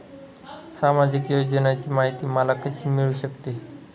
सामाजिक योजनांची माहिती मला कशी मिळू शकते?